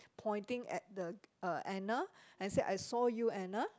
pointing at the uh Anna and said I saw you Anna